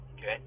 okay